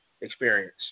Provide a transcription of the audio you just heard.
experience